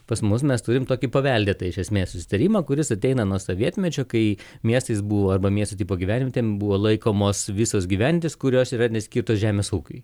pas mus mes turim tokį paveldėtą iš esmės susitarimą kuris ateina nuo sovietmečio kai miestais buvo arba miesto tipo gyvenvietėm buvo laikomos visos gyvenvietės kurios yra neskirtos žemės ūkiui